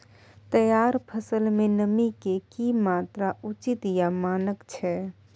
तैयार फसल में नमी के की मात्रा उचित या मानक छै?